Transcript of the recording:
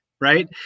right